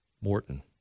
Morton